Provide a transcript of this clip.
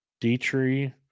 Dietrich